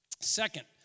Second